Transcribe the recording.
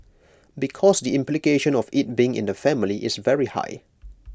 because the implication of IT being in the family is very high